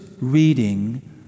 reading